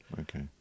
Okay